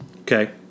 okay